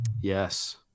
Yes